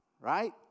Right